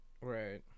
Right